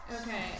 Okay